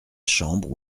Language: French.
chambre